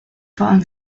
falling